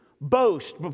boast